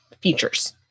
features